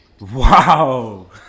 Wow